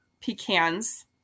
pecans